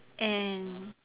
and